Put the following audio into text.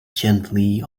gently